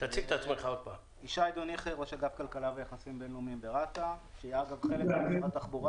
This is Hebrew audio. אותו עד עכשיו, נכון בכל עת, לא רק בשעת קורונה.